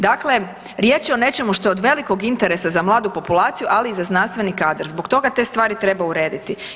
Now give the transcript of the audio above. Dakle riječ je o nečemu što je od velikog interesa za mladu populaciju ali i za znanstveni kadar, zbog toga te stvari treba urediti.